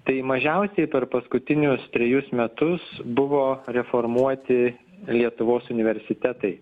tai mažiausiai per paskutinius trejus metus buvo reformuoti lietuvos universitetai